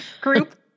group